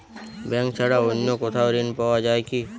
Bank ছাড়া অন্য কোথাও ঋণ পাওয়া যায় কি?